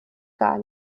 gar